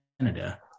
Canada